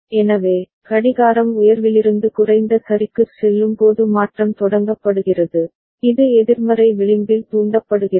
எனவே கடிகாரம் உயர்விலிருந்து குறைந்த சரிக்குச் செல்லும்போது மாற்றம் தொடங்கப்படுகிறது இது எதிர்மறை விளிம்பில் தூண்டப்படுகிறது